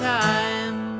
time